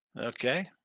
Okay